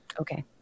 Okay